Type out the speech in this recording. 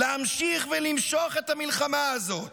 להמשיך ולמשוך את המלחמה הזאת".